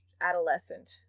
adolescent